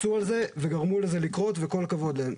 קפצו על זה וגרמו לזה לקרות, וכל הכבוד להם.